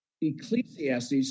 ecclesiastes